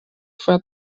twoja